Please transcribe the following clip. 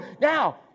Now